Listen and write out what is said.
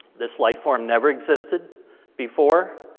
this life form never existed before,